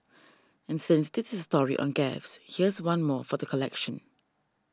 and since this is a story on gaffes here's one more for the collection